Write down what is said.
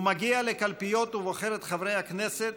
הוא מגיע לקלפיות ובוחר את חברי הכנסת